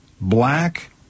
black